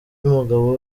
y’umugabo